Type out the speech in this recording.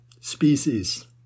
species